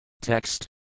Text